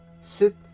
sit